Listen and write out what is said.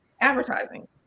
advertising